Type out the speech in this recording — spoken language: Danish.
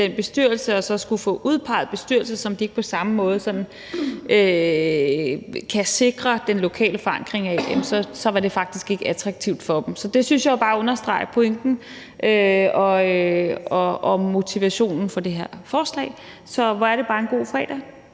og så skulle få udpeget en bestyrelse, som de ikke på samme måde kunne sikre den lokale forankring af, så var det faktisk ikke attraktivt for dem. Så det synes jeg jo bare understreger pointen og baggrunden for det her forslag, så hvor er det bare en god fredag.